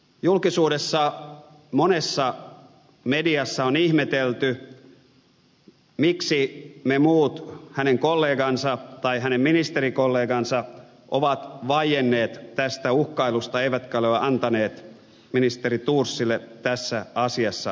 julkisuudessa monessa mediassa on ihmetelty miksi me muut hänen kollegansa olemme vaienneet tai miksi hänen ministerikollegansa ovat vaienneet tästä uhkailusta eivätkä ole antaneet ministeri thorsille tässä asiassa tukea